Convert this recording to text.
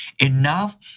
enough